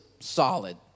solid